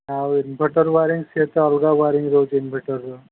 ଆଉ inverter wiring ସେ ତ ଅଲଗା ୱାୟାରିଂ ରହୁଛି ଇନଭର୍ଟର୍ର